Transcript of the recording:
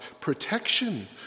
protection